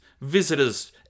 visitors